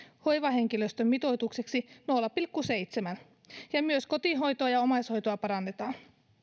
hoivahenkilöstön mitoitukseksi nolla pilkku seitsemän myös kotihoitoa ja omaishoitoa parannetaan